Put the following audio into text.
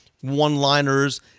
one-liners